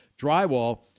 Drywall